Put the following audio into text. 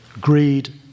greed